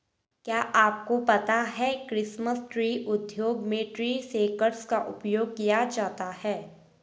क्या आपको पता है क्रिसमस ट्री उद्योग में ट्री शेकर्स का उपयोग किया जाता है?